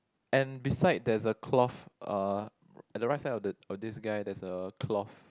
and beside there's a cloth uh at the right side of the of this guy there's a cloth